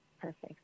Perfect